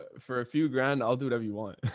for a few grand i'll do whatever you want.